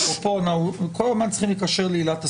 כל הזמן צריך לקשר לעילת הסבירות,